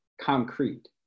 concrete